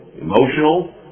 emotional